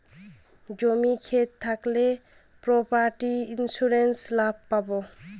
জমি ক্ষেত থাকলে প্রপার্টি ইন্সুরেন্স লাভ পাবো